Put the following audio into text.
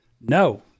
No